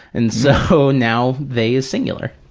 and so now they is singular.